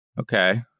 okay